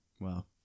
Wow